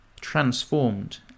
transformed